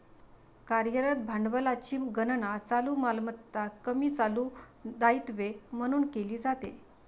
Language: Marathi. कार्यरत भांडवलाची गणना चालू मालमत्ता कमी चालू दायित्वे म्हणून केली जाते